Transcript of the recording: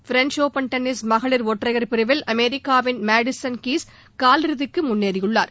French open tennis மகளிர் ஒற்றையா பிரிவில் அமெரிக்காவின் மேடிசன் கீஸ் காலிறுதிக்கு முன்னேறியுள்ளார்